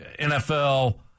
NFL